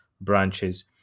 branches